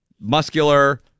Muscular